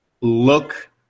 look